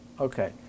okay